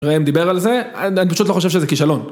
ראם דיבר על זה, אנ.. אני פשוט לא חושב שזה כישלון.